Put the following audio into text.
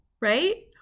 right